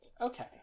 Okay